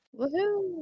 Woohoo